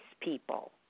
people